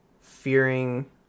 fearing